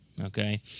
okay